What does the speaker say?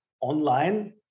online